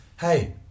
hey